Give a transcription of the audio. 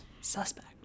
suspect